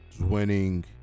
winning